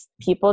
people